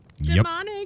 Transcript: demonic